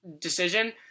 decision